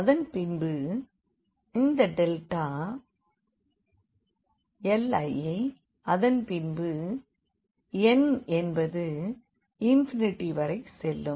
அதன்பின்பு இந்த delta 1 i அதன் பின்பு லிமிட் n என்பது வரை செல்லும்